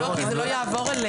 לא, כי זה לא יעבור אלינו.